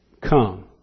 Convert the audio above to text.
Come